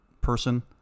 person